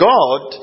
God